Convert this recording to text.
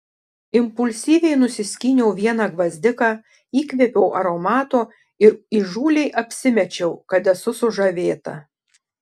impulsyviai nusiskyniau vieną gvazdiką įkvėpiau aromato ir įžūliai apsimečiau kad esu sužavėta